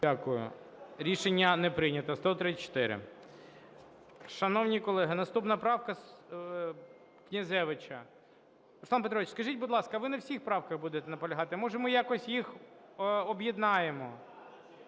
Дякую. Рішення не прийнято. 134. Шановні колеги, наступна правка - Князевича. Руслан Петрович, скажіть, будь ласка, ви на всіх правках будете наполягати? Може, ми якось їх об'єднаємо?